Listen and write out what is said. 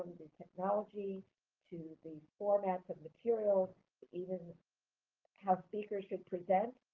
technology to the formats of materials to even how speakers should present,